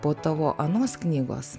po tavo anos knygos